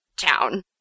town